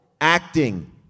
Acting